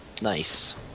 Nice